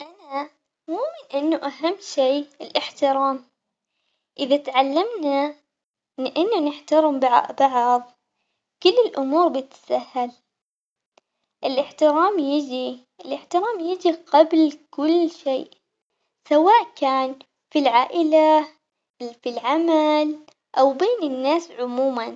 أنا مؤمن إنه أهم شي الاحترام، إذا تعلمنا إنا نحترم بع- بعض كل الأمور بتسهل الاحترام ييجي الاحترام ييجي قبل كل شي، سواء كان في العائلة في العمل او بين الناس عموماً.